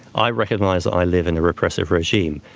i recognize that i live in a repressive regime,